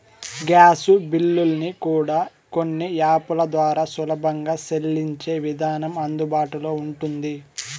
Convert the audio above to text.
gas బిల్లుల్ని కూడా కొన్ని యాపుల ద్వారా సులువుగా సెల్లించే విధానం అందుబాటులో ఉంటుంది